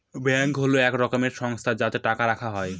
bank হল এক রকমের সংস্থা যাতে টাকা রাখা যায়